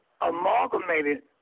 amalgamated